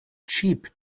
cheap